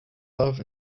love